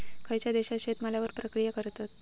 खयच्या देशात शेतमालावर प्रक्रिया करतत?